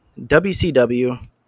wcw